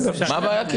מה הבעיה?